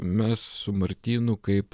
mes su martynu kaip